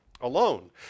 alone